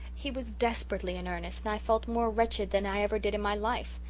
he was desperately in earnest and i felt more wretched than i ever did in my life.